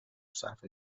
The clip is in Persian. صرفه